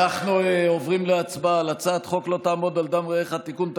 אנחנו עוברים להצבעה על הצעת חוק לא תעמוד על דם רעך (תיקון,